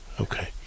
Okay